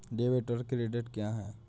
Debit और credit क्या है?